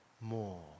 more